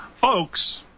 folks